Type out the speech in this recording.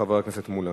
חבר הכנסת מולה.